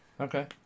Okay